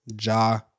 Ja